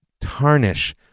tarnish